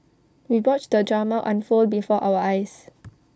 we watched the drama unfold before our eyes